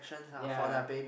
yea